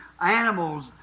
animals